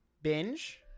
Binge